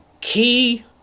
key